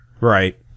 Right